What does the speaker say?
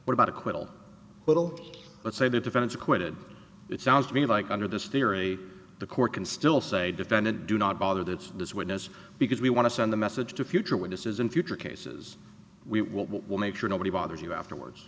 we're about acquittal little let's say the defense acquitted it sounds to me like under this theory the court can still say defendant do not bother to it's this witness because we want to send a message to future witnesses in future cases we will make sure nobody bothers you afterwards